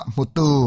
Mutu